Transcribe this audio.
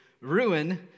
ruin